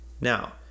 Now